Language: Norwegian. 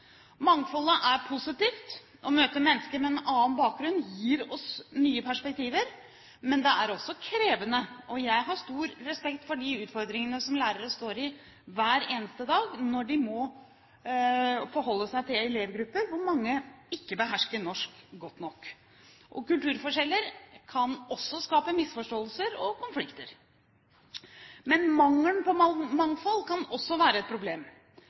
er positivt. Å møte mennesker med en annen bakgrunn gir oss nye perspektiver. Men det er også krevende. Jeg har stor respekt for de utfordringene som lærere står overfor hver eneste dag når de må forholde seg til en elevgruppe hvor mange ikke behersker norsk godt nok. Kulturforskjeller kan også skape misforståelser og konflikter. Mangelen på mangfold kan også være et problem.